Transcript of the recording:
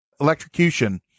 electrocution